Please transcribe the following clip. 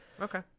Okay